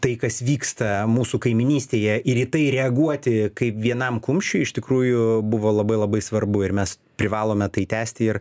tai kas vyksta mūsų kaimynystėje ir į tai reaguoti kai vienam kumščiui iš tikrųjų buvo labai labai svarbu ir mes privalome tai tęsti ir